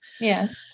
Yes